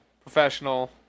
Professional